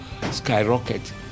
Skyrocket